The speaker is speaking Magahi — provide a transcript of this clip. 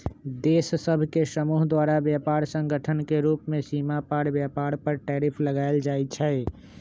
देश सभ के समूह द्वारा व्यापार संगठन के रूप में सीमा पार व्यापार पर टैरिफ लगायल जाइ छइ